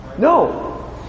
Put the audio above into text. No